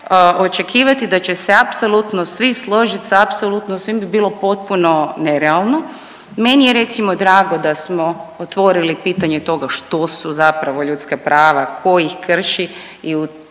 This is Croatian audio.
očekivati da će se apsolutno svi složit sa apsolutno svim bi bilo potpuno nerealno. Meni je recimo drago da smo otvorili pitanje toga što su zapravo ljudska prava, ko ih krši i u